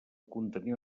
contenir